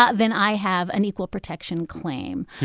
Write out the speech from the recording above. ah then i have an equal protection claim.